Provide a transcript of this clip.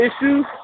issues